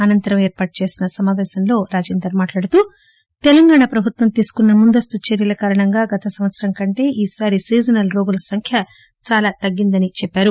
అనంతరం ఏర్పాటుచేసిన సమాపేశంలో ఈటల రాజేందర్ మాట్లాడుతూ తెలంగాణ ప్రభుత్వం తీసుకున్న ముందస్తు చర్యల కారణంగా గత సంవత్సరం కంటే ఈసారి సీజనల్ రోగుల సంఖ్య చాలా తగ్గిందని చెప్పారు